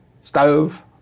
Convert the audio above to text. stove